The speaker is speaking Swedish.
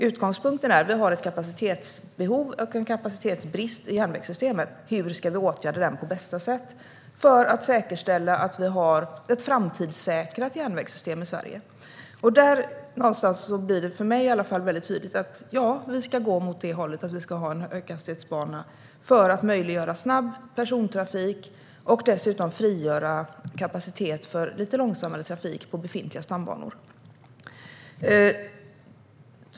Utgångspunkten är att vi har ett kapacitetsbehov och en kapacitetsbrist i järnvägssystemet. Hur ska vi åtgärda detta på bästa sätt för att säkerställa att vi har ett framtidssäkrat järnvägssystem i Sverige? Där någonstans blir det i alla fall för mig väldigt tydligt vilket håll vi ska gå åt: Vi ska ha en höghastighetsbana för att möjliggöra snabb persontrafik och dessutom frigöra kapacitet för lite långsammare trafik på befintliga stambanor.